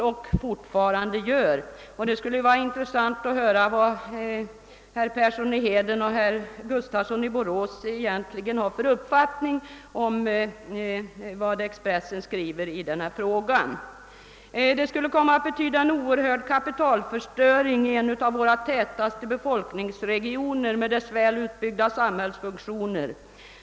Det skulle vara intressant att höra vad herr Persson i Heden och herr Gustafsson i Borås egentligen har för uppfattning om den av Expressen framförda åsikten i denna fråga. Det skulle komma att betyda en oerhörd kapitalförstöring i en av våra tätaste befolkningsregioner med dess väl utbyggda samhällsfunktioner.